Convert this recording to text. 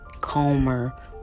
calmer